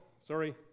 sorry